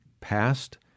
past